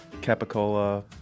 capicola